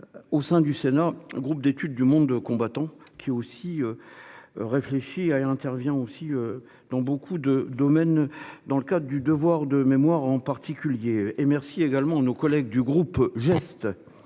Au sein du Sénat, Groupe d'études du monde de combattants qui aussi. Réfléchit à elle intervient aussi dans beaucoup de domaines. Dans le cas du devoir de mémoire en particulier et merci également à nos collègues du groupe geste.